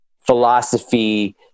philosophy